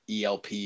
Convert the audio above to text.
ELP